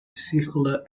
circular